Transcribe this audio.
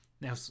Now